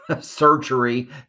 surgery